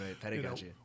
Pedagogy